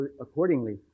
accordingly